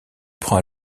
prend